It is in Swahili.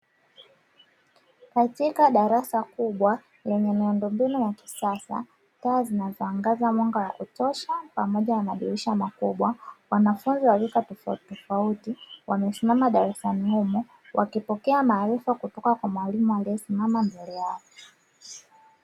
Katika darasa kubwa lenye miundombinu ya kisasa taa zinazoangaza mwanga wakutosha pamoja na madirisha makubwa, wanafunzi wa rika tofauti mtofauti wamesimama darasani humo wakipokea maarifa kutoka kwa mwalimu aliyesimama mbele yao.